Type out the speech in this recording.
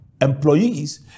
employees